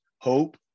hope